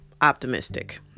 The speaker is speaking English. optimistic